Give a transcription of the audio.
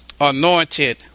anointed